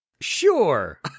Sure